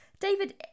David